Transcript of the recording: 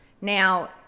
now